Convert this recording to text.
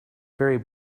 very